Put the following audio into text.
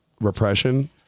repression